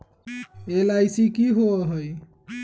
LIC की होअ हई?